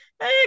Hey